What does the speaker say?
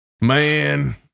Man